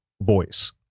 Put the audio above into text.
voice